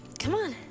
come on.